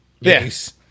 Yes